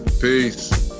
Peace